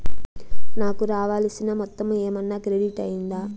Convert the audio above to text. నాకు రావాల్సిన మొత్తము ఏమన్నా క్రెడిట్ అయ్యిందా